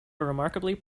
remarkably